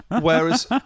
Whereas